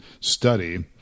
study